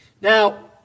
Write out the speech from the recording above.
Now